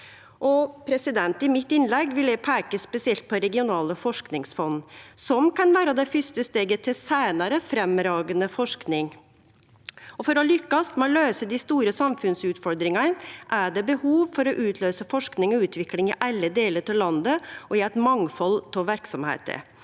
utdanning. I mitt innlegg vil eg peike spesielt på regionale forskingsfond, som kan vere det fyrste steget til seinare framifrå forsking. For å lykkast med å løyse dei store samfunnsutfordringane er det behov for å utløyse forsking og utvikling i alle delar av landet og i eit mangfald av verksemder,